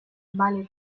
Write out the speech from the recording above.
vale